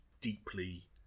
deeply